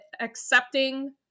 accepting